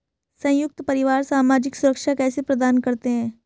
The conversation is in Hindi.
संयुक्त परिवार सामाजिक सुरक्षा कैसे प्रदान करते हैं?